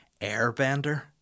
airbender